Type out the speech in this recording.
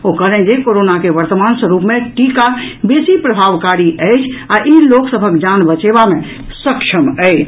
ओ कहलनि जे कोरोना के वर्तमान स्वरूप मे टीका बेसी प्रभावकारी अछि आ ई लोक सभक जान बचेबा मे सक्षम अछि